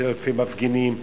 ואלפי המפגינים,